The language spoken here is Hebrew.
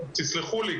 תסלחו לי,